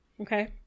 Okay